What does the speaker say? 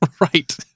Right